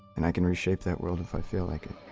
and i can reshape that world if i feel like it.